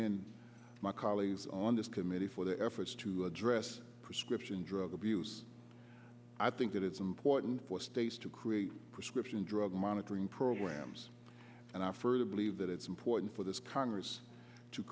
d my colleagues on this committee for their efforts to address prescription drug abuse i think that it's important for states to create prescription drug monitoring programs and i further believe that it's important for this congress to